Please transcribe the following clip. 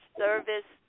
service